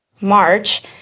March